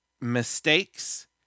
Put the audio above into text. mistakes